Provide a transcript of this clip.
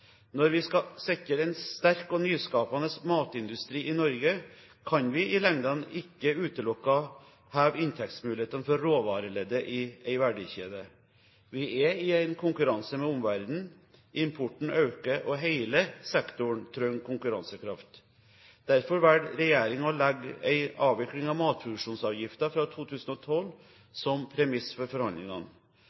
Når vi skal sikre en sterk og nyskapende matindustri i Norge, kan vi i lengden ikke utelukkende heve inntektsmulighetene for råvareleddet i en verdikjede. Vi er i konkurranse med omverdenen. Importen øker, og hele sektoren trenger konkurransekraft. Derfor valgte regjeringen å legge en avvikling av matproduksjonsavgiften fra 2012 som premiss for forhandlingene.